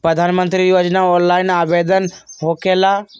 प्रधानमंत्री योजना ऑनलाइन आवेदन होकेला?